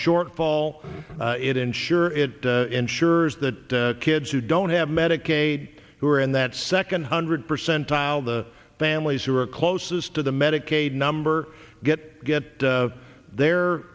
shortfall it ensure it ensures that kids who don't have medicaid who are in that second hundred percent tile the families who are closest to the medicaid number get get their